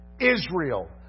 Israel